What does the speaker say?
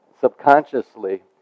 subconsciously